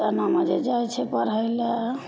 तऽ एनामे जे जाइ छै पढ़ै ले